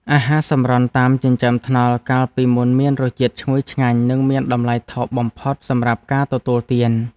អាហារសម្រន់តាមចិញ្ចើមថ្នល់កាលពីមុនមានរសជាតិឈ្ងុយឆ្ងាញ់ និងមានតម្លៃថោកបំផុតសម្រាប់ការទទួលទាន។